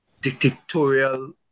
dictatorial